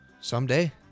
Someday